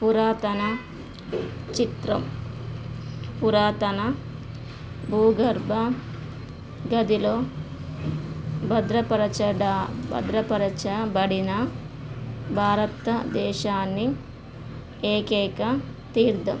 పురాతన చిత్రం పురాతన భూగర్భ గదిలో భద్రపరచబడిన భారతదేశాన్ని ఏకైక తీర్థం